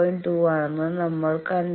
2 ആണെന്നും നമ്മൾ കണ്ടെത്തി